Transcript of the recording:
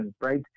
right